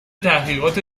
تحقیقات